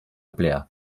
blair